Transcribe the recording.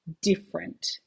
different